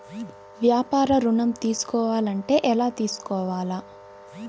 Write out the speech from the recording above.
వ్యాపార ఋణం తీసుకోవాలంటే ఎలా తీసుకోవాలా?